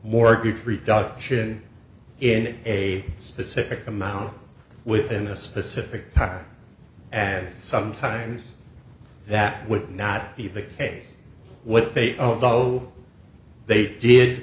mortgage treat duction in a specific amount within a specific time and sometimes that would not be the case what they are though they did